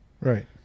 Right